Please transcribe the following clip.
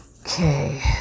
Okay